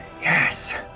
yes